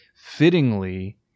fittingly